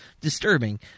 disturbing